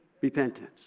Repentance